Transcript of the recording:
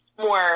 more